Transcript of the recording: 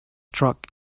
struck